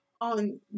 on